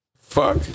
Fuck